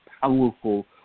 powerful